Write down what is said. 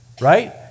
Right